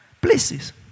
Places